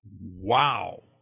Wow